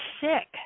sick